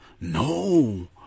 No